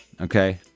Okay